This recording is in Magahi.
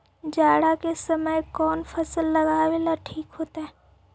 जाड़ा के समय कौन फसल लगावेला ठिक होतइ?